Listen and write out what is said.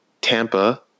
Tampa